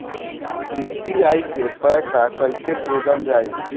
UPI से पैसा कइसे भेजल जाई?